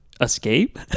escape